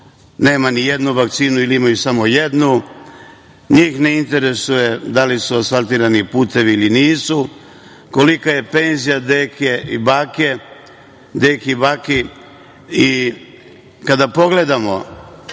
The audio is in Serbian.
nema ni jednu vakcinu ili imaju samo jednu, njih ne interesuje da li su asfaltirani putevi ili nisu, kolika je penzija deke i bake, i kada pogledamo